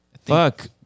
Fuck